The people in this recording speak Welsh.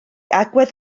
agwedd